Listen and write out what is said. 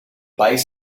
país